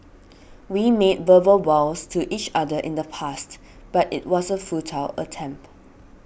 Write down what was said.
we made verbal vows to each other in the past but it was a futile attempt